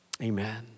Amen